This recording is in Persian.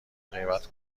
غیبت